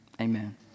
amen